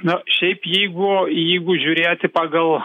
na šiaip jeigu jeigu žiūrėti pagal